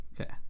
Okay